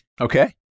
Okay